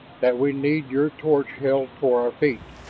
that we need your torch held for our feet!